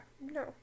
no